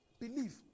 believe